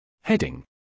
Heading